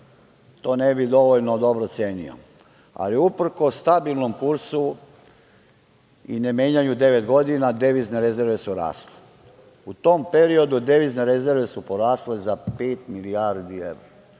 to ne bi dovoljno dobro cenio, ali uprkos stabilnom kursu i ne menjanju devet godina devizne rezerve su rasle. U tom periodu devizne rezerve su porasle za pet milijardi evra.